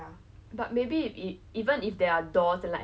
would that be a problem for you like I heard